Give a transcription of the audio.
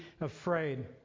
afraid